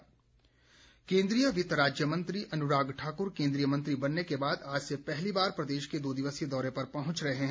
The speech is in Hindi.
अनुराग केंद्रीय वित्त राज्य मंत्री अनुराग ठाकुर केंद्रीय मंत्री बनने के बाद आज से पहली बार प्रदेश के दो दिवसीय दौरे पर पहुंच रहे हैं